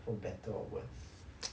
for better or worse